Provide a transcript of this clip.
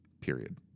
Period